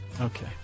Okay